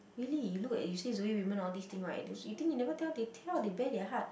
really you look at you see Zoe woman all these thing right you think they never tell they bare their heart